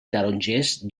tarongers